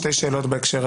של השרה שקד,